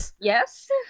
yes